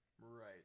Right